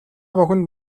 бүхэнд